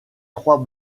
trois